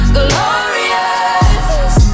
glorious